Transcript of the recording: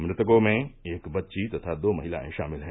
मृतकों में एक बच्ची तथा दो महिलायें शामिल हैं